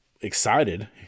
excited